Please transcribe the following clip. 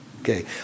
Okay